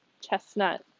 chestnut